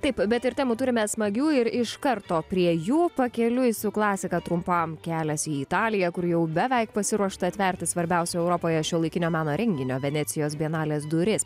taip bet ir temų turime smagių ir iš karto prie jų pakeliui su klasika trumpam keliasi į italiją kur jau beveik pasiruošta atverti svarbiausio europoje šiuolaikinio meno renginio venecijos bienalės duris